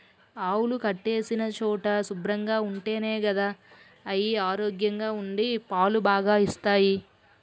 ఆవులు కట్టేసిన చోటు శుభ్రంగా ఉంటేనే గదా అయి ఆరోగ్యంగా ఉండి పాలు బాగా ఇస్తాయి